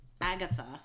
agatha